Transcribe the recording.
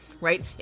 right